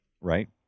Right